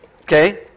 Okay